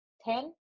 ten